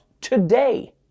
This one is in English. today